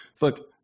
look